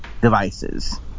devices